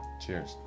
cheers